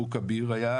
באבו כביר הנושא הזה היה